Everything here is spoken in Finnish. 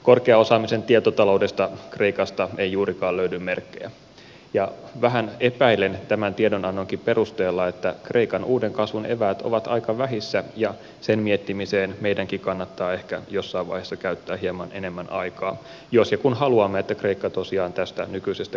korkean osaamisen tietotaloudesta kreikasta ei juurikaan löydy merkkejä ja vähän epäilen tämän tiedonannonkin perusteella että kreikan uuden kasvun eväät ovat aika vähissä ja sen miettimiseen meidänkin kannattaa ehkä jossain vaiheessa käyttää hieman enemmän aikaa jos ja kun haluamme että kreikka tosiaan tästä nykyisestä kriisistään selviää